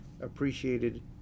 appreciated